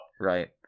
Right